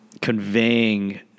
conveying